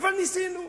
אבל ניסינו,